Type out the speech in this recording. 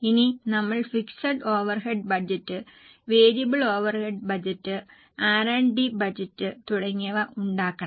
ഇനി നമ്മൾ fixed overhead budget variable overheads budget R and D budget തുടങ്ങിയവ ഉണ്ടാക്കണം